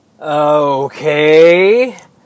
Okay